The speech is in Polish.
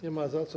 Nie ma za co.